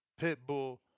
Pitbull